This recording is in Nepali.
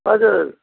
हजुर